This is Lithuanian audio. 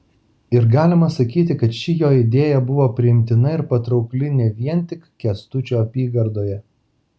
ir galima sakyti kad ši jo idėja buvo priimtina ir patraukli ne vien tik kęstučio apygardoje